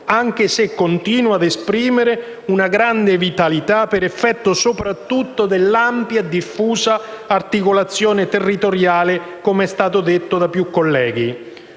che però continua ad esprimere una grande vitalità per effetto soprattutto dell'ampia e diffusa articolazione territoriale, come è stato detto da più colleghi.